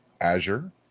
Azure